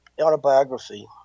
autobiography